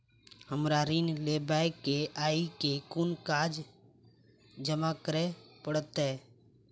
हमरा ऋण लेबै केँ अई केँ कुन कागज जमा करे पड़तै?